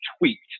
tweaked